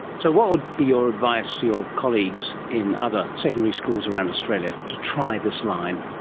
so what would be your advice to your colleagues in other secondary schools around australia to try this line?